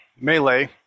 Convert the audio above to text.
melee